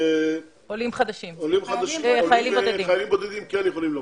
חיילים בודדים כן יכולים לבוא.